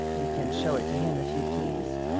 you can show it to him if you please.